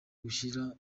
gushyira